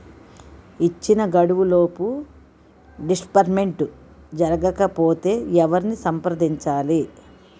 ఇచ్చిన గడువులోపు డిస్బర్స్మెంట్ జరగకపోతే ఎవరిని సంప్రదించాలి?